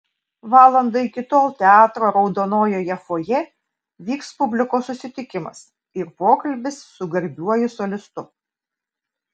valandą iki tol teatro raudonojoje fojė vyks publikos susitikimas ir pokalbis su garbiuoju solistu